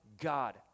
God